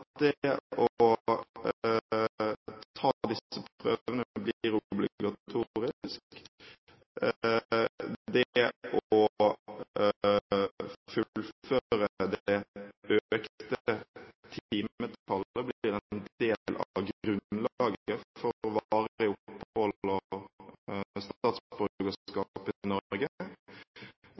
det å ta disse prøvene blir obligatorisk, at det å fullføre det økte timetallet blir en del av grunnlaget for